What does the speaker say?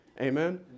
Amen